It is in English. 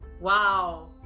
Wow